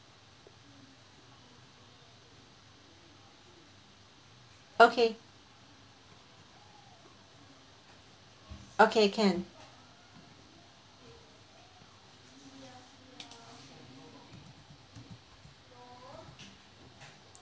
okay okay can